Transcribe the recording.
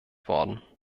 worden